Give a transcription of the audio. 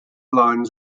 lines